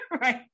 right